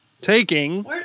taking